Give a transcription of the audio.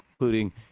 including